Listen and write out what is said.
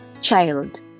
child